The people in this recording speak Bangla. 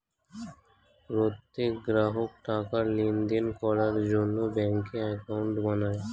প্রত্যেক গ্রাহক টাকার লেনদেন করার জন্য ব্যাঙ্কে অ্যাকাউন্ট বানায়